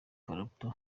clapton